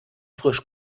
frisch